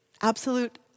Absolute